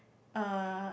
uh